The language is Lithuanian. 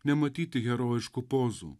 nematyti herojiškų pozų